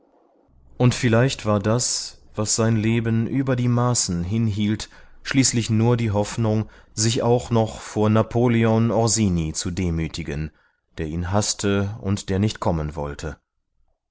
und vielleicht war das was sein leben über die maßen hinhielt schließlich nur die hoffnung sich auch noch vor napoleon orsini zu demütigen der ihn haßte und der nicht kommen wollte